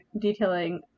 detailing